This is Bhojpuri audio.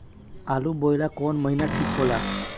आलू बोए ला कवन महीना ठीक हो ला?